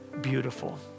beautiful